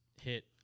hit